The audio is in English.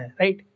right